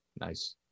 nice